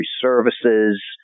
services